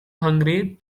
hungry